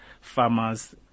farmers